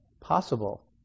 possible